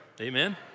Amen